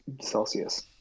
Celsius